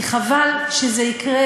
כי חבל שזה יקרה